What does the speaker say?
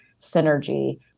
synergy